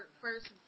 first